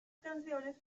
canciones